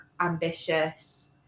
ambitious